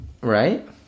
right